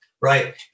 Right